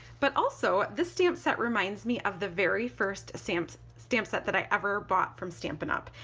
but also this stamp set reminds me of the very first stamp stamp set that i ever bought from stampin' up!